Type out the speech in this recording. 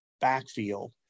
backfield